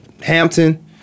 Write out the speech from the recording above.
Hampton